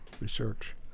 research